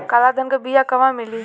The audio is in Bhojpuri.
काला धान क बिया कहवा मिली?